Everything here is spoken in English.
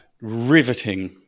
riveting